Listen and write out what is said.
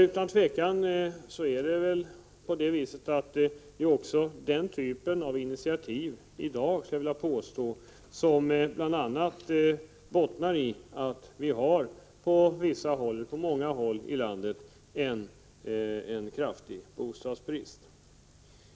Utan tvivel är det bl.a. den typen av initiativ som bottnar i att vi i dag på många håll i landet har en kraftig bostadsbrist.